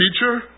teacher